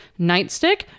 nightstick